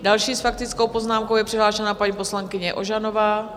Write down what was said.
Další s faktickou poznámkou je přihlášená paní poslankyně Ožanová.